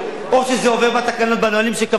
או שזה עובר בנהלים שקבעתי,